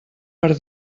per